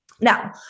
Now